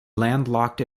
landlocked